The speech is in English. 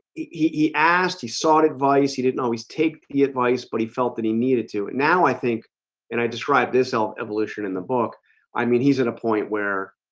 he he asked sought advice he didn't always take the advice but he felt that he needed to and now i think and i described this elf evolution in the book i mean, he's at a point where?